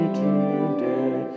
today